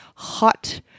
Hot